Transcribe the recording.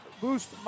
Boost